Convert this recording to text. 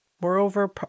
Moreover